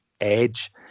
Edge